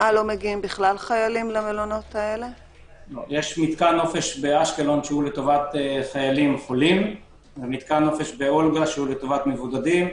יש מתקן נופש באשקלון לטובת חיילים חולים ואחד באולגה לטובת מבודדים.